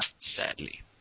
Sadly